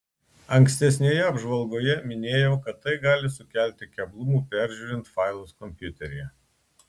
ankstesnėje apžvalgoje minėjau kad tai gali sukelti keblumų peržiūrint failus kompiuteryje